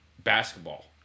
basketball